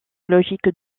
logique